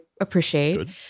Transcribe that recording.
appreciate